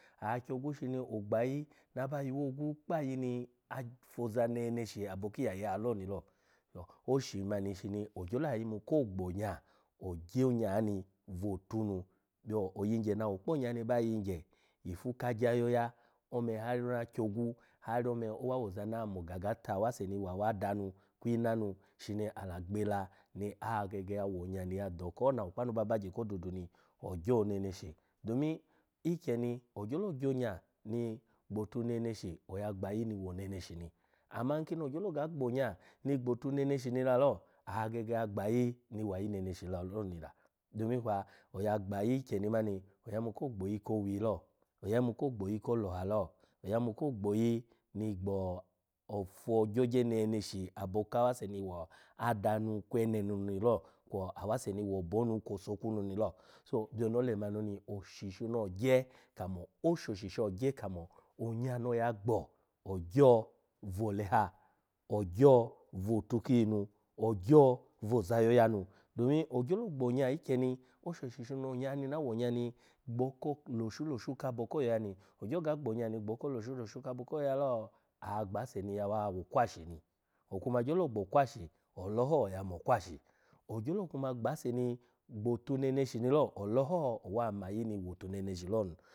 Akyogwu shino ogbayi naba yuwogwu kpa ayi ni afoza neneshi abo ki iyaye loni lo, oshi mani shini ogyolo, ayimu ko gbonya, ogyo onya ni bwo ofu mi byo oyigye na awo kpo onya ni ba yigye ifu kagya yo ya ome har ona kyogwu har ome owa woza ni amo gaga ta awase ni wa awa adanu kpi inanu shina ala gbela ni agege awonya ni ya doka ho na awo kpa anu ba bagye ko odudu ni ogyo neneshi domin ikyeni ogyolo gyo onya ni gbotu neneshi oya gbayi ni wo neneshi ni ama nkini ogyolo oga gbo onya ni gbotu oneneshi ni lalo, agege agbayi ni wayi neneshi lalo, ni la domin kwa oya gbayi ikyeni mani oya yimu ko gboyi kowi lo, yimu ko gboyi ko oloha lo, ayinu ko gboyi ni gbo ofo gyogye neneshi aba kawase ni wa ada nu kwe ene nu ni lo kwa awase ni wo obo kwo osoku nu ni lo so byono olemani oni oshu shino ogye kamo oshoshi shino ogye kamo onya no oya gbo, ogyo vo ole ha, ogyo votu kiyi nu, ogyo voza yoya nu domin ogyolo gbo onya ikyeni oshoshi shino onya ni na wo onya ni gboko loshu loshu kabo ko yoyani, ogyo ga gbo onya ni gboko loshu loshu kabo ko yoya lo agba ase ni yawa wo okwashi ni. Okuma gyolo gbo okwashi ole ho ya mo okwashi ni ogyolo kuma gba ase ni gbo otu neneshi lo, ole ho owa mayi ni wo otu neneshi lo ni.